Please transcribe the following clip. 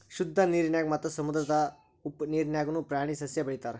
ಶುದ್ದ ನೇರಿನ್ಯಾಗ ಮತ್ತ ಸಮುದ್ರದ ಉಪ್ಪ ನೇರಿನ್ಯಾಗುನು ಪ್ರಾಣಿ ಸಸ್ಯಾ ಬೆಳಿತಾರ